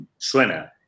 Suena